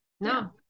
No